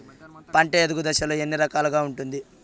పంట ఎదుగు దశలు ఎన్ని రకాలుగా ఉంటుంది?